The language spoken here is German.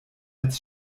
als